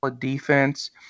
defense